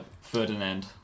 Ferdinand